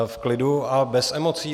V klidu a bez emocí.